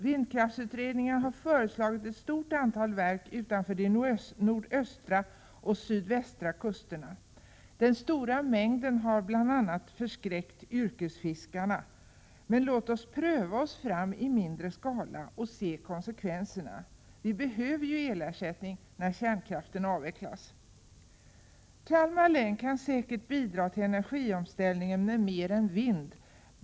Vindkraftsutredningen har föreslagit ett stort antal verk utanför de nordöstra och sydvästra kusterna. Den stora mängden har förskräckt bl.a. yrkesfiskarna. Men låt oss pröva oss fram i mindre skala och se konsekvenserna — vi behöver ju elersättning när kärnkraften avvecklas. Kalmar län kan säkert bidra till energiomställningen med mer än vind.